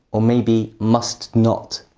or maybe must not.